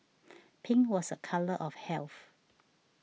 pink was a colour of health